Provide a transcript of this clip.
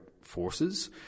forces